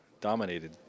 dominated